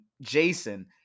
Jason